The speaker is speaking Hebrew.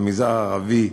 למגזר הערבי,